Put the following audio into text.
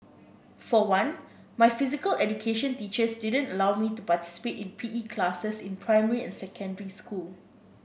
for one my physical education teachers didn't allow me to participate in P E classes in primary and secondary school